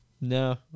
No